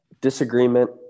disagreement